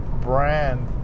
brand